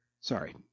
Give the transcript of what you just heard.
Sorry